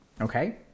Okay